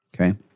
okay